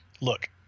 Look